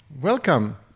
Welcome